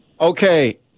Okay